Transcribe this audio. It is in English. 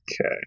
Okay